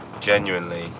genuinely